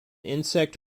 insect